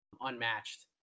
unmatched